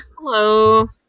Hello